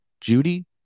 Judy